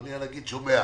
התחשבות.